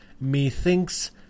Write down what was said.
Methinks